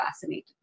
fascinated